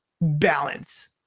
balance